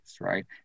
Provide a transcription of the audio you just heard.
right